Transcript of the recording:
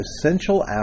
essential